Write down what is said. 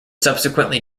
subsequently